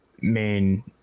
main